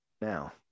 Now